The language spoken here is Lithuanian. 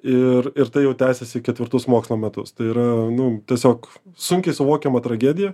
ir ir tai jau tęsiasi ketvirtus mokslo metus tai yra nu tiesiog sunkiai suvokiama tragedija